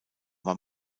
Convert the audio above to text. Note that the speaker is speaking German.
war